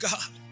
God